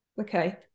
Okay